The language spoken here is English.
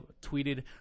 tweeted